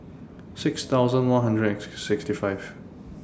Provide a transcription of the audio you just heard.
six thousand one hundred and sixty five